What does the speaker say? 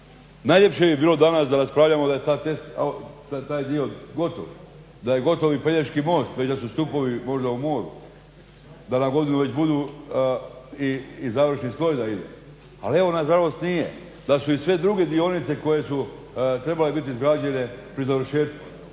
Najljepše bi bilo danas da raspravljamo da je ta cesta, da je taj dio gotov, da je gotov i Pelješki most, već da su stupovi možda u moru, da na godinu već budu i da završni sloj da ide, al evo nažalost nije. Da su i sve druge dionice koje su trebale biti izgrađene pri završetku,